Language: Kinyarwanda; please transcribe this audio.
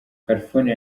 california